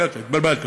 מרקל.